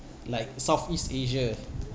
like southeast asia